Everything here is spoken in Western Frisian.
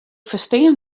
ferstean